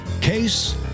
Case